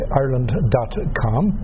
ireland.com